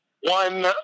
one